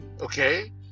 okay